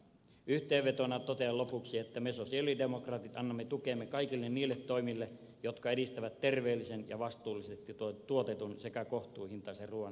yhteenvetona totean lopuksi että me sosialidemokraatit annamme tukemme kaikille niille toimille jotka edistävät terveellisen ja vastuullisesti tuotetun sekä kohtuuhintaisen suomalaisen ruuan